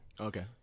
Okay